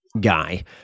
guy